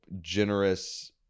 generous